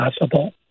possible